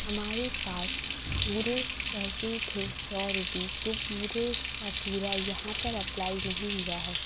हमारी पास पूरे पैसे थे सौ रुपीस वो पूरे का पूरा यहाँ पर अप्लाई नहीं हुआ है